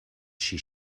she